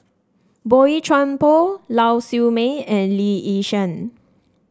Boey Chuan Poh Lau Siew Mei and Lee Yi Shyan